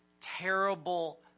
terrible